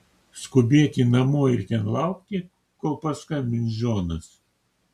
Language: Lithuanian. skubėti namo ir ten laukti kol paskambins džonas